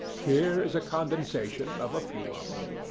here is a condensation of a few of them